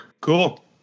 Cool